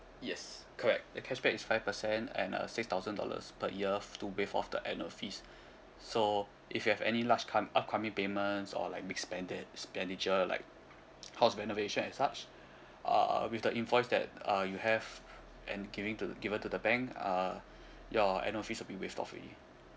yes correct the cashback is five percent and uh six thousand dollars per year f~ to waive off the annual fees so if you have any large com~ upcoming payments or like big spendi~ expenditure like house renovation and such uh with the invoice that uh you have and giving to the given to the bank uh your annual fees will be waived off already